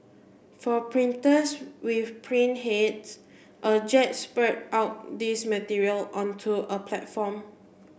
for printers with print heads a jet spurt out these material onto a platform